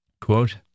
Quote